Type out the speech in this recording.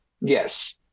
yes